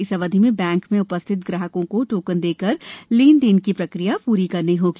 इस अवधि में बैंक में उपस्थित ग्राहकों को टोकन दिया जाकर लेन देन की प्रक्रिया पूर्ण करनी होगी